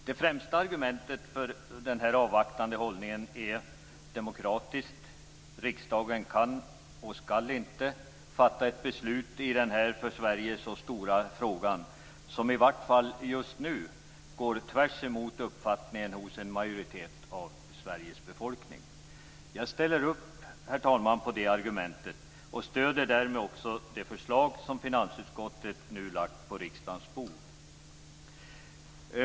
Det främsta argumentet för denna avvaktande hållning är demokratiskt - riksdagen kan och skall i den här för Sverige så stora frågan inte fatta ett beslut som i vart fall just nu går tvärtemot uppfattningen hos en majoritet av Sveriges befolkning. Herr talman! Jag ställer upp bakom det argumentet och stödjer därmed också det förslag som finansutskottet nu lagt på riksdagens bord.